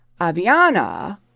Aviana